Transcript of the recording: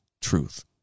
truth